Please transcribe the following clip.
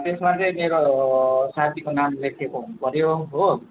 त्यसमा चाहिँ मेरो साथीको नाम लेखेको हुनुपऱ्यो हो